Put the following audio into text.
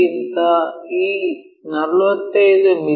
ಗಿಂತ ಈ 45 ಮಿ